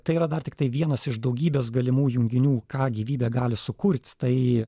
tai yra dar tiktai vienas iš daugybės galimų junginių ką gyvybė gali sukurt tai